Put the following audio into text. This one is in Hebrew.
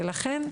לכן,